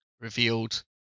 revealed